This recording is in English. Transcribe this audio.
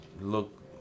look